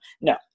no